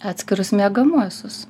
atskirus miegamuosius